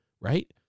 right